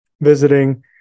visiting